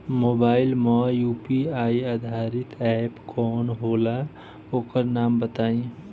Mobile म UPI आधारित app कौन होला ओकर नाम बताईं?